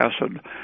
acid